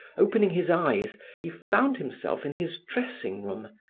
opening his eyes he found himself in his dressing room,